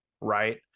right